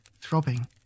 Throbbing